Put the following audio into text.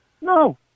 No